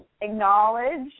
acknowledge